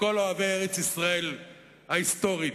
לכל אוהבי ארץ-ישראל ההיסטורית,